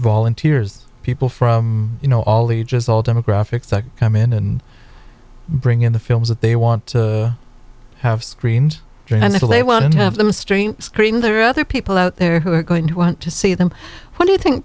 volunteers people from you know all the ages all demographics that come in and bring in the films that they want to have screened genital they want to have them stream screened there are other people out there who are going to want to see them what do you think